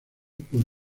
por